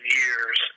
years